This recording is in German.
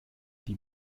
die